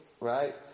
right